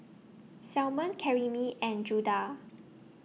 Simone Karyme and Judah